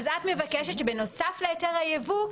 את מבקשת שבנוסף להיתר היבוא,